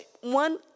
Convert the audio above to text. one